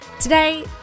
Today